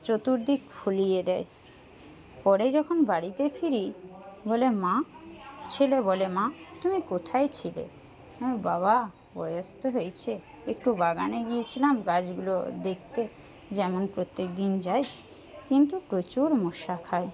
চতুর্দিক ফুলিয়ে দেয় পরে যখন বাড়িতে ফিরি বলে মা ছেলে বলে মা তুমি কোথায় ছিলে বাবা বয়স তো হয়েছে একটু বাগানে গিয়েছিলাম গাছগুলো দেখতে যেমন প্রত্যেকদিন যাই কিন্তু প্রচুর মশা খায়